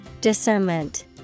Discernment